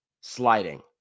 sliding